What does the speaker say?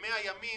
ב-100 ימים,